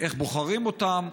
איך בוחרים אותם,